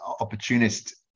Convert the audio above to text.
opportunist